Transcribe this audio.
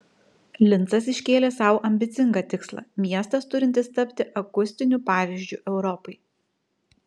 lincas iškėlė sau ambicingą tikslą miestas turintis tapti akustiniu pavyzdžiu europai